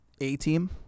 A-team